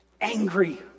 angry